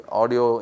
audio